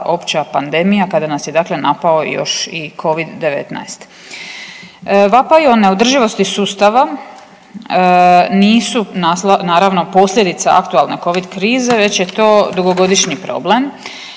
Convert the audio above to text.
opća pandemija, kada nas je dakle napao još i Covid-19. Vapaj o neodrživosti sustava nisu naravno posljedica aktualne Covid krize već je to dugogodišnji problem.